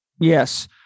yes